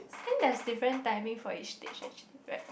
it has different timing for each stage actually right